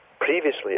previously